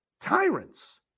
tyrants